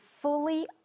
fully